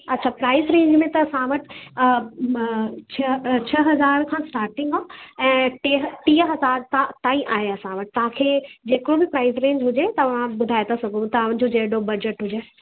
अछा price range में त असां वटि छह छह हज़ार खां स्टार्टिंग आहे ऐं टे टीह हज़ार त ताईं आहे असां वटि तव्हांखे जेको बि प्राइज रेंज हुजे तव्हां ॿुधाए था सघो तव्हां जो जेॾो बजट हुजे